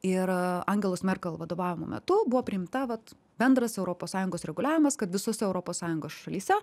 ir angelos merkel vadovavimo metu buvo priimta vat bendras europos sąjungos reguliavimas kad visose europos sąjungos šalyse